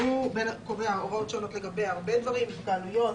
שקובע הוראות שונות לגבי הרבה דברים: התקהלויות,